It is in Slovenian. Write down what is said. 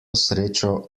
srečo